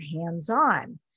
hands-on